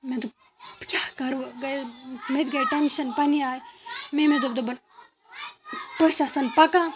مےٚ دوٚپ بہٕ کیٛاہ کَرٕ وۄنۍ گٔیہ مےٚ تہِ گٔے ٹٮ۪نشَن پنٛنہِ آیہِ مٔمی دوٚپ دوٚپُن پٔژھۍ آسَن پکان